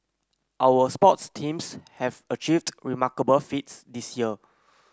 our sports teams have achieved remarkable feats this year